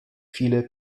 viele